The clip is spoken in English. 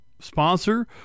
sponsor